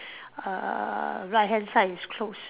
uh right hand side is close